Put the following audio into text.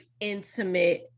intimate